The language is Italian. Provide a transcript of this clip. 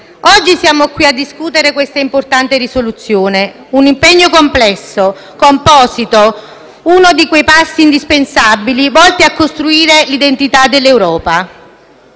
Oggi siamo qui a discutere questa importante risoluzione; un impegno complesso, composito, uno di quei passi indispensabili volti a costruire l'identità dell'Europa.